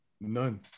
None